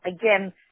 again